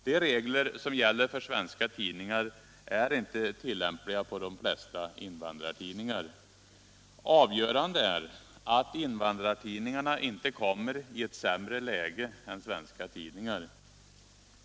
De regler som gäller för svenska tidningar är inte tillämpliga på de flesta invandrartidningar, Avgörande är att invandrartidningarna inte kommer i ett sämre läge än svenska tidningar.